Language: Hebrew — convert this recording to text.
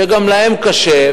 שגם להם קשה,